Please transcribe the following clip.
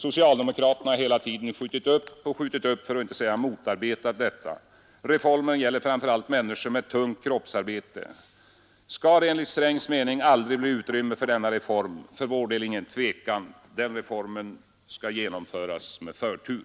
Socialdemokraterna har hela tiden skjutit upp och skjutit upp, för att inte säga motarbetat den. Reformen gäller framför allt människor med tungt kroppsarbete. Skall det enligt herr Strängs mening aldrig bli utrymme för denna reform? För vår del är det ingen tvekan. Den reformen skall genomföras med förtur.